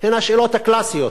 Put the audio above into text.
הן השאלות הקלאסיות.